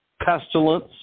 pestilence